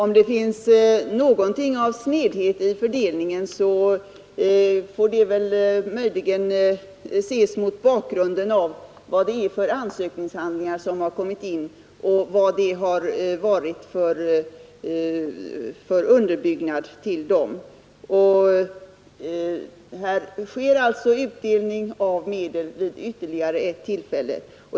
Herr talman! Fördelningen får ses mot bakgrund av vad det är för ansökningshandlingar som har kommit in och hur de har varit underbyggda. Det sker alltså utdelning av medel vid ytterligare ett tillfälle.